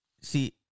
See